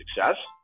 success